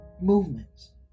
movements